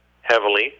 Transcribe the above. heavily